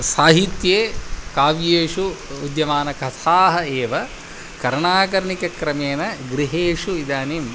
साहित्ये काव्येषु विद्यमानकथाः एव कर्णाकर्णिकक्रमेन गृहेषु इदानीं